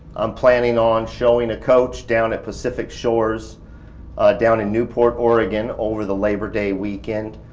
i'm planning on showing a coach down at pacific shores down in newport, oregon over the labor day weekend.